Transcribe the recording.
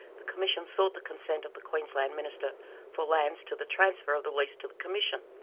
the commission sought the consent of the queensland minister for lands to the transfer of the lease to the commission.